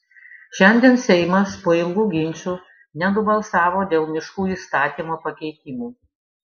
šiandien seimas po ilgų ginčų nenubalsavo dėl miškų įstatymo pakeitimų